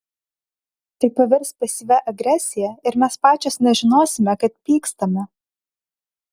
tai pavirs pasyvia agresija ir mes pačios nežinosime kad pykstame